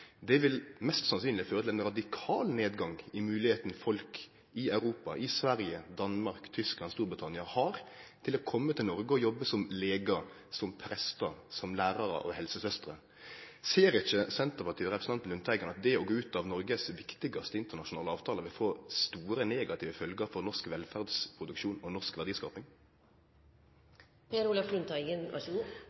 Det vil mest sannsynleg føre til ein radikal nedgang i moglegheita folk i Europa – i Sverige, i Danmark, i Tyskland og i Storbritannia – har til å kome til Noreg og jobbe som legar, som prestar, som lærarar og som helsesøstrer. Ser ikkje Senterpartiet og representanten Lundteigen at det å gå ut av Noregs viktigaste internasjonale avtale vil få store negative følgjer for norsk velferdsproduksjon og norsk